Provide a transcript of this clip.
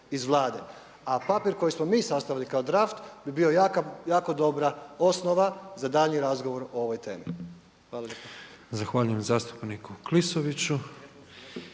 A papir koji smo mi sastavili kao draft bi bio jako dobra osnova za daljnji razgovor o ovoj temi. **Petrov, Božo (MOST)** Zahvaljujem zastupniku Klisoviću.